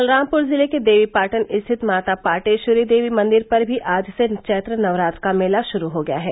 बलरामपुर जिले के देवीपाटन स्थित माता पाटेश्वरी देवी मंदिर पर भी आज से चैत्र नवरात्र का मेला शुरू हो गया है